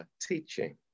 teaching